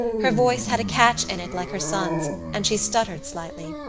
her voice had a catch in it like her son's and she stuttered slightly.